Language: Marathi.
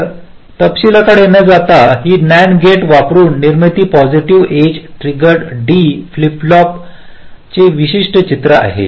तर तपशीलाकडे न जाता ही NAND गेट वापरुन निर्मित positive edge triggered D flip फ्लॉपचे विशिष्ट चित्र आहे